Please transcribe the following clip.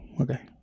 okay